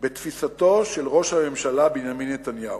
בתפיסתו של ראש הממשלה בנימין נתניהו,